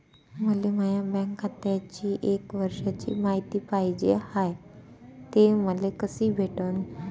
मले माया बँक खात्याची एक वर्षाची मायती पाहिजे हाय, ते मले कसी भेटनं?